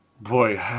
Boy